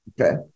okay